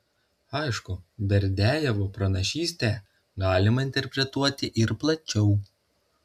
aišku berdiajevo pranašystę galima interpretuoti ir plačiau